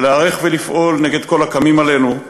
ולהיערך ולפעול נגד כל הקמים עלינו,